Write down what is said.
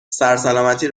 سرسلامتی